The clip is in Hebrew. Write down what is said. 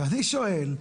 ואני שואל,